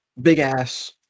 big-ass